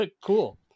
cool